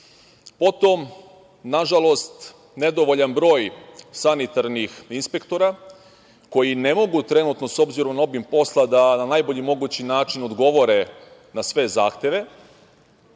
potom, nažalost, nedovoljan broj sanitarnih inspektora, koji ne mogu trenutno, s obzirom na obim posla, da na najbolji mogući način odgovore na sve zahteve